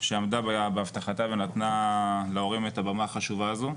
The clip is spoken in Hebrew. שעמדה בהבטחתה ונתנה להורים את הבמה החשובה הזו.